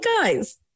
guys